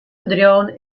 bedriuwen